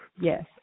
Yes